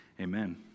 Amen